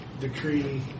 decree